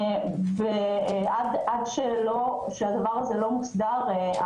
עד שזה לא מוסדר,